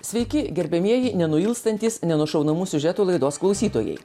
sveiki gerbiamieji nenuilstantys nenušaunamų siužetų laidos klausytojai